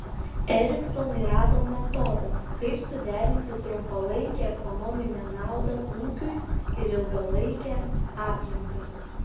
eriksonai rado metodą kaip suderinti trumpalaikę ekonominę naudą ūkiui ir ilgalaikę aplinkai